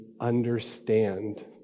understand